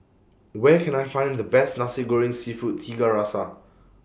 Where Can I Find The Best Nasi Goreng Seafood Tiga Rasa